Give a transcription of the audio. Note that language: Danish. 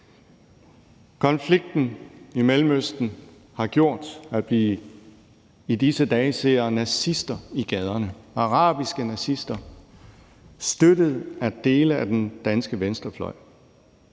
Konflikten i Mellemøsten har gjort, at vi i disse dage ser nazister i gaderne, arabiske nazister, støttet af dele af den danske venstrefløj,